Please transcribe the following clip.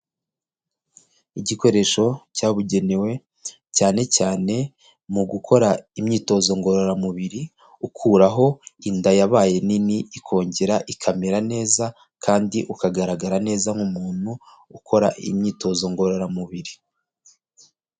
Igikoresho cyabugenewe cyane cyane mu gukora imyitozo ngororamubiri, ukuraho inda yabaye nini ikongera ikamera neza, kandi ukagaragara neza nk'muntu ukora imyitozo ngororamubiri.